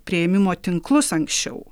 priėmimo tinklus anksčiau